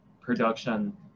production